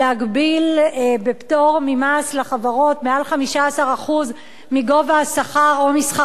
להגביל בפטור ממס לחברות מעל 15% מגובה השכר או משכר